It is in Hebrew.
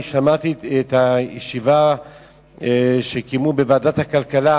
שמעתי את הישיבה שקיימו בוועדת הכלכלה,